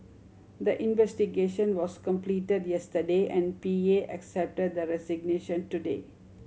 the investigation was completed yesterday and P A accepted the resignation today